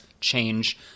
change